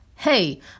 hey